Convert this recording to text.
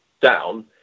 down